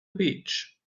beach